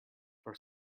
for